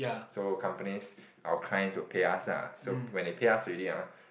so companies our clients will pay us ah so when they pay us already ah